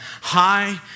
high